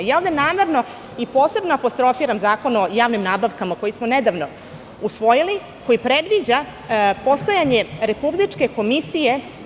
Ovde namerno i posebno apostrofiram Zakon o javnim nabavkama, koji smo nedavno usvojili, a koji predviđa postojanje republičke komisije.